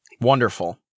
Wonderful